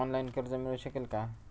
Online कर्ज मिळू शकेल का?